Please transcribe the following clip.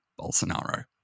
Bolsonaro